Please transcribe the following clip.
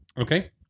Okay